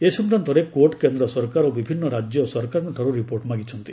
ଏ ସଂକ୍ରାନ୍ତରେ କୋର୍ଟ୍ କେନ୍ଦ୍ର ସରକାର ଓ ବିଭିନ୍ନ ରାଜ୍ୟ ସରକାରଙ୍କଠାରୁ ରିପୋର୍ଟ୍ ମାଗିଛନ୍ତି